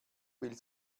will